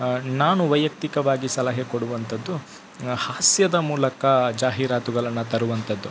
ನಾನು ವೈಯಕ್ತಿಕವಾಗಿ ಸಲಹೆ ಕೊಡುವಂತದ್ದು ಹಾಸ್ಯದ ಮೂಲಕ ಜಾಹೀರಾತುಗಳನ್ನು ತರುವಂಥದ್ದು